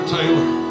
Taylor